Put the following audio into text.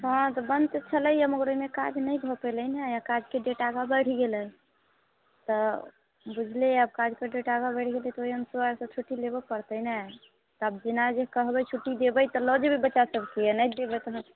हँ बंद तऽ छलै हँ मगर ओहिमे काज नहि भऽ पयलै नहि काजके डेट आगाँ बढ़ि गेलै तऽ बुझले यऽ अब काजके डेट आगाँ बढ़ि गेलै तऽ ओहि अनुसार तऽ छुट्टी लेबऽ पड़तै ने तब जेना जे कहबै छुट्टी देबै तऽ लऽ जेबे बच्चा सबके आ नहि देबै तऽ नहि